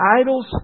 idols